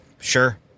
sure